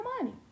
money